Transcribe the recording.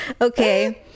Okay